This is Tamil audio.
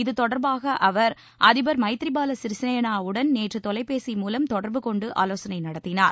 இது தொடர்பாக அவர் அதிபர் மைத்ரி பால சிறிசேனாவுடன் நேற்று தொலைபேசியில் மூலம் தொடர்பு கொண்டு ஆலோசனை நடத்தினார்